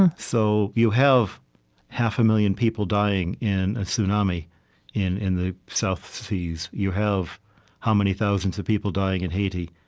and so, you have half a million people dying in a tsunami in in the south seas. you have how many thousands of people dying in haiti.